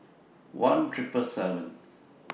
one Triple seven